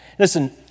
Listen